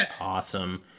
awesome